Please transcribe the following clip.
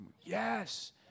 Yes